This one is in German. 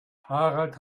harald